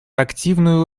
активную